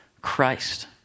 Christ